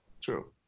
True